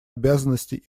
обязанностей